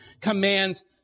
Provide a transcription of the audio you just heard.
commands